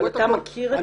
אתה מכיר את החומר?